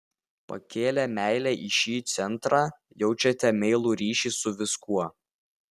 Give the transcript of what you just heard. pakėlę meilę į šį centrą jaučiate meilų ryšį su viskuo